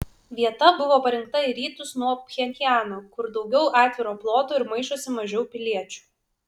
vieta buvo parinkta į rytus nuo pchenjano kur daugiau atviro ploto ir maišosi mažiau piliečių